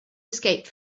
escaped